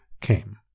came